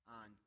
on